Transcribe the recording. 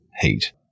heat